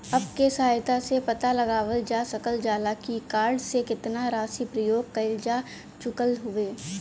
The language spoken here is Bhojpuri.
अप्प के सहायता से पता लगावल जा सकल जाला की कार्ड से केतना राशि प्रयोग कइल जा चुकल हउवे